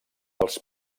els